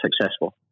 successful